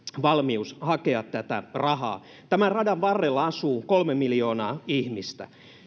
valmius hakea tätä rahaa tämän radan varrella asuu kolme miljoonaa ihmistä